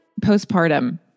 postpartum